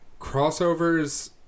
crossovers